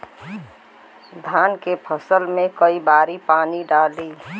धान के फसल मे कई बारी पानी डाली?